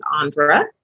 Andra